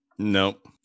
Nope